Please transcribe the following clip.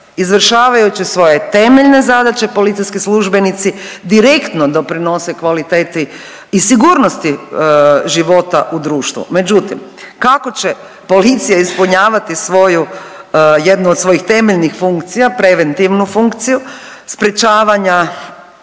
Izvršavajući svoje temeljne zadaće policijski službenici direktno doprinose kvaliteti i sigurnosti život u društvu. Međutim, kako će policija ispunjavati svoju, jednu od svojih temeljnih funkcija, preventivnu funkciju sprječavanja